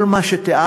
כל מה שתיארתם,